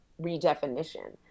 redefinition